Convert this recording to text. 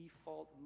default